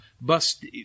bust –